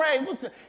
Listen